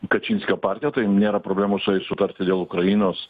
kačinskio partija tai mum nėra problemų su jais sutarti dėl ukrainos